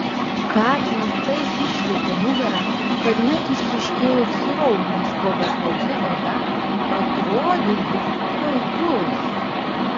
katinas taip išrietė nugarą kad net išryškėjo visi raumenys po beplauke oda atrodė jis tuoj puls